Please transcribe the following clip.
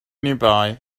nearby